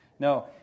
No